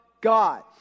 God